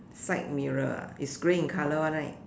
side mirror is grey in colour [one] right